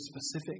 specific